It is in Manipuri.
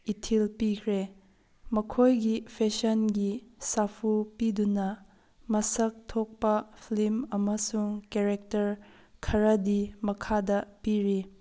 ꯏꯊꯤꯜ ꯄꯤꯈ꯭ꯔꯦ ꯃꯈꯣꯏꯒꯤ ꯐꯦꯁꯟꯒꯤ ꯁꯥꯐꯨ ꯄꯤꯗꯨꯅ ꯃꯁꯛ ꯊꯣꯛꯄ ꯐꯤꯂꯝ ꯑꯃꯁꯨꯡ ꯀꯦꯔꯦꯛꯇꯔ ꯈꯔꯗꯤ ꯃꯈꯥꯗ ꯄꯤꯔꯤ